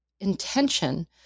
intention